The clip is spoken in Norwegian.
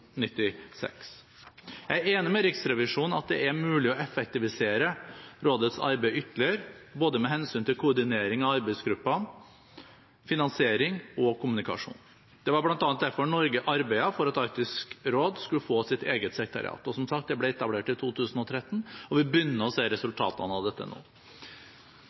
Jeg er enig med Riksrevisjonen i at det er mulig å effektivisere rådets arbeid ytterligere med hensyn til både koordinering av arbeidsgruppene, finansiering og kommunikasjon. Det var bl.a. derfor Norge arbeidet for at Arktisk råd skulle få sitt eget sekretariat. Og som sagt, det ble etablert i 2013, og vi begynner å se resultatene av dette nå.